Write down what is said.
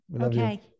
okay